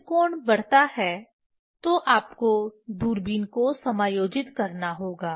जब कोण बढ़ता है तो आपको दूरबीन को समायोजित करना होगा